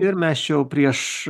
ir mes čia jau prieš